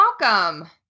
welcome